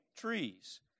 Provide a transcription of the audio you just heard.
trees